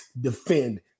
defend